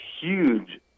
huge